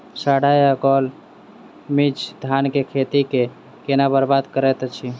साढ़ा या गौल मीज धान केँ खेती कऽ केना बरबाद करैत अछि?